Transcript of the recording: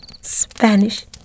Spanish